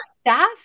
staff